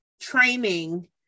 training